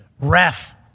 Ref